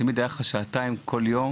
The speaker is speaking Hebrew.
תמיד היו לך שעתיים כל יום